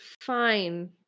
fine